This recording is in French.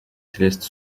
célestes